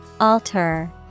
Alter